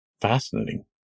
fascinating